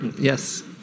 Yes